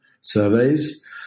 surveys